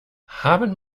haben